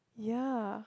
ya